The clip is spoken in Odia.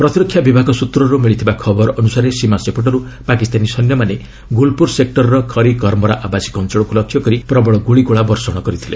ପ୍ରତିରକ୍ଷା ବିଭାଗ ସୂତ୍ରରୁ ମିଳିଥିବା ଖବର ଅନୁସାରେ ସୀମା ସେପଟରୁ ପାକିସ୍ତାନୀ ସୈନ୍ୟମାନେ ଗୁଲ୍ପୁର୍ ସେକ୍ଟରର ଖରି କର୍ମରା ଆବାସିକ ଅଞ୍ଚଳକୁ ଲକ୍ଷ୍ୟ କରି ପ୍ରବଳ ଗୁଳିଗୋଳା ବର୍ଷଣ କରିଥିଲେ